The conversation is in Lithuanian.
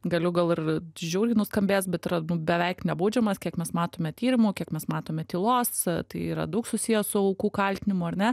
galiu gal ir žiauriai nuskambės bet yra nu beveik nebaudžiamas kiek mes matome tyrimų kiek mes matome tylos tai yra daug susiję su aukų kaltinimu ar ne